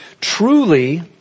Truly